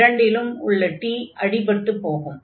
இரண்டிலும் உள்ள t அடிபட்டு போகும்